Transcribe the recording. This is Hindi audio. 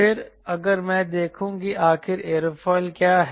फिर अगर मैं देखूं कि आखिर एयरोफिल क्या है